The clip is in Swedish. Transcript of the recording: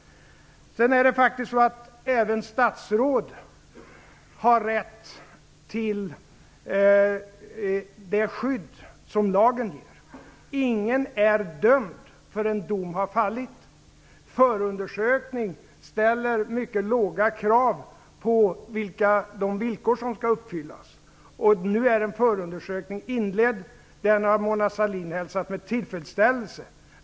Sedan är det faktiskt så att även statsråd har rätt till det skydd som lagen ger. Ingen är dömd förrän dom har fallit. För en förundersökning ställs mycket låga krav. Nu är en förundersökning inledd. Den har Mona Sahlin hälsat med tillfredsställelse.